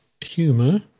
humor